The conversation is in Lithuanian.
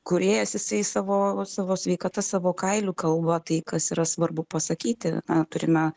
kūrėjas jisai savo savo sveikata savo kailiu kalba tai kas yra svarbu pasakyti na turime